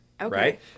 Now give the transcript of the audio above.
Right